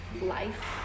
life